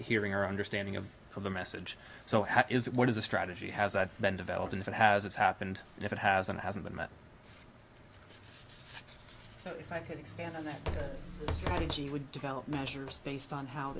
hearing or understanding of the message so how is it what is the strategy has that been developed and if it has it's happened and if it hasn't hasn't been met if i could expand on that she would develop measures based on how